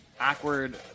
awkward